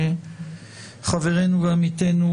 חברנו ועמיתנו,